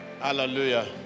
Hallelujah